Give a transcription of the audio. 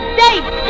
date